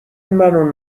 منو